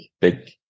big